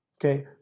okay